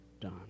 done